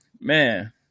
man